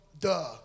Duh